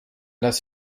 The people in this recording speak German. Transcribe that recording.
das